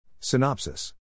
Synopsis